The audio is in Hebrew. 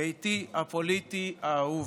ביתי הפוליטי האהוב.